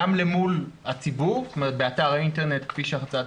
גם למול הציבור באתר האינטרנט כפי שהצעת